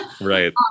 Right